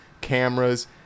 cameras